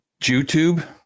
YouTube